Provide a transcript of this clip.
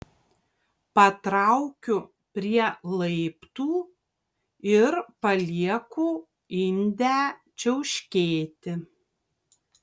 patraukiu prie laiptų ir palieku indę čiauškėti